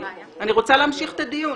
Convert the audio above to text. אני רוצה להמשיך את הדיון,